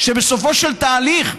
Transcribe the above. שבסופו של תהליך,